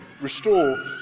restore